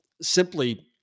simply